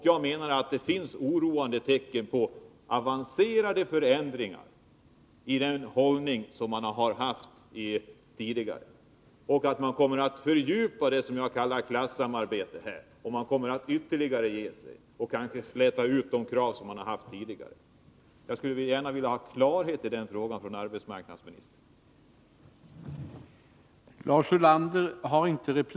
Jag menar att det finns oroande tecken på avancerade förändringar i den hållning som man har intagit tidigare, att man kommer att fördjupa det som jag kallar klassamarbetet och ytterligare ge sig och kanske släta ut de krav som man haft tidigare. Jag skulle gärna vilja ha klarhet i den frågan från arbetsmarknadsministerns sida.